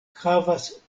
havas